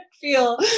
feel